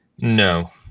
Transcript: No